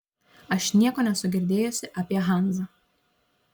aš nieko nesu girdėjusi apie hanzą